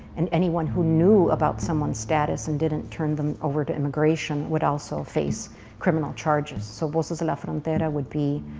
and anyone who knew about someone's status and didn't turn them over to immigration, would also face criminal charges. so, voces de la frontera would be